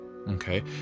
Okay